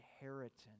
inheritance